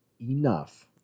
enough